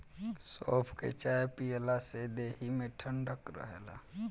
सौंफ के चाय पियला से देहि में ठंडक रहेला